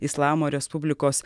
islamo respublikos